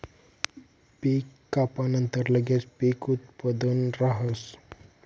पीक कापानंतर लगेच पीक उत्पादन राहस